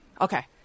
Okay